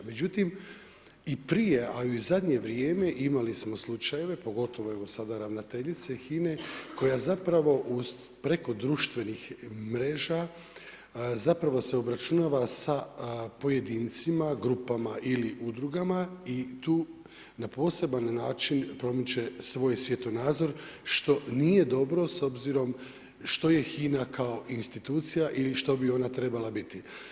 Međutim, i prije, a i u zadnje vrijeme imali smo slučajeve, pogotovo evo sada ravnateljice HINA-e koja preko društvenih mreža obračunava se sa pojedincima, grupama ili udrugama i tu na poseban način promiče svoj svjetonazor što nije dobro s obzirom što je HINA kao institucija ili što bi ona trebala biti.